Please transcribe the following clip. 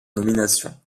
nomination